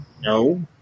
No